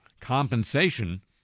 Compensation